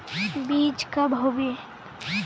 बीज कब होबे?